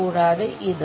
കൂടാതെ ഇതും